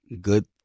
good